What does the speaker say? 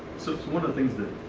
so one of the things that,